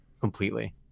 completely